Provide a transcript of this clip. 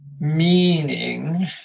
meaning